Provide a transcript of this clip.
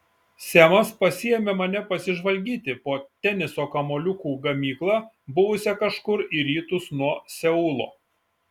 semas pasiėmė mane pasižvalgyti po teniso kamuoliukų gamyklą buvusią kažkur į rytus nuo seulo